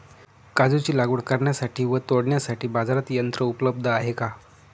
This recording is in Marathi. काजूची लागवड करण्यासाठी व तोडण्यासाठी बाजारात यंत्र उपलब्ध आहे का?